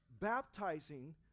baptizing